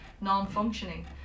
non-functioning